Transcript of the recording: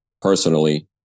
personally